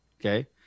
Okay